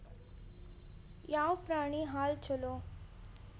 ಯಾವ ಪ್ರಾಣಿ ಹಾಲು ಛಲೋ?